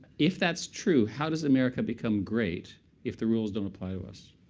if that's true, how does america become great if the rules don't apply to us?